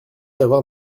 d’avoir